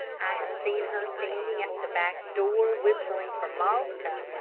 i have seen her standing at the back door whistling for malta,